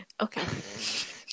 Okay